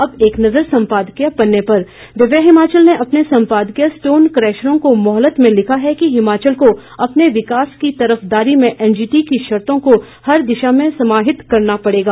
अब एक नज़र सम्पादकीय पन्ने पर दिव्य हिमाचल ने अपने सम्पादकीय स्टोन कशरों को मोहलत में लिखा है कि हिमाचल को अपने विकास की तरफदारी में एनजीटी की शर्तो को हर दिशा में समाहित करना पड़ेगा